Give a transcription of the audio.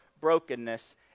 brokenness